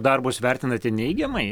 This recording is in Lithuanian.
darbus vertinate neigiamai